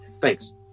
thanks